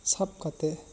ᱥᱟᱵ ᱠᱟᱛᱮ